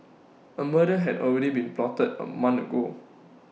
A murder had already been plotted A month ago